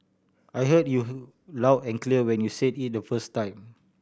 I heard you loud and clear when you said it the first time